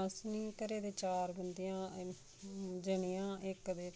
अस घरै दे चार बंदे आं जनेहा इक ते